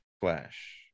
Flash